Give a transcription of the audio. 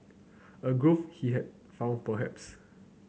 a groove he had found perhaps